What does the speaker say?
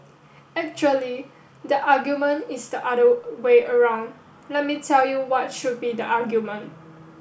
actually the argument is the other way around let me tell you what should be the argument